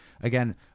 again